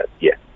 yes